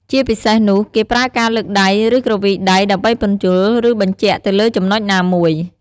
ជាពិសេសនោះ គេប្រើការលើកដៃ ឬ គ្រវីដៃ ដើម្បីពន្យល់ ឬបញ្ជាក់ទៅលើចំណុចណាមួយ។